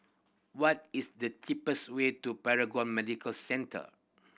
what is the cheapest way to Paragon Medical Centre